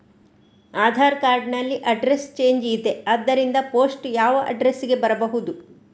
Aadhaar card ನಲ್ಲಿ address change ಇದೆ ಆದ್ದರಿಂದ ಪೋಸ್ಟ್ ಯಾವ ಅಡ್ರೆಸ್ ಗೆ ಬರಬಹುದು?